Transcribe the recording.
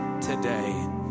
today